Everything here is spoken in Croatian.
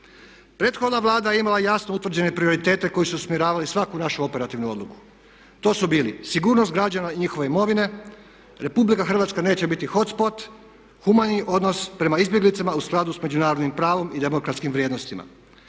Prethodna Vlada je imala jasno utvrđene prioritete koji su usmjeravali svaku našu operativnu odluku. To su bili sigurnost građana i njihove imovine. Republika Hrvatska neće biti hot spot, humani odnos prema izbjeglicama u skladu sa međunarodnim pravom i demokratskim vrijednostima.